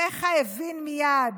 הפחה הבין מייד